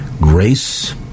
grace